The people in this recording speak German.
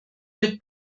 mit